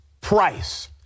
price